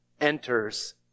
enters